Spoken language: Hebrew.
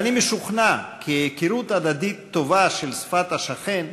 ואני משוכנע שהיכרות הדדית טובה של שפת השכן